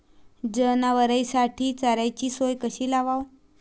जनावराइसाठी चाऱ्याची सोय कशी लावाव?